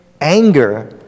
Anger